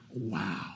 wow